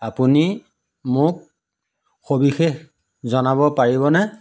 আপুনি মোক সবিশেষ জনাব পাৰিবনে